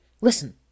Listen